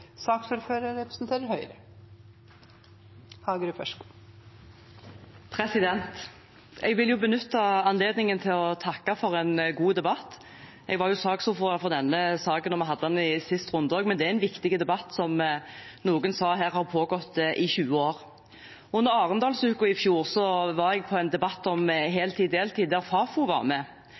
saksordfører for denne saken da vi hadde den i forrige runde. Det er en viktig debatt, som har pågått i 20 år, som noen sa her. Under Arendalsuka i fjor var jeg på en debatt om heltid og deltid der Fafo var med.